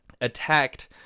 attacked